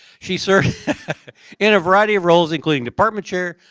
she's served in a variety of roles including department chair,